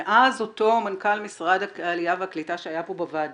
מאז אותו מנכ"ל משרד העלייה והקליטה שהיה פה בוועדה,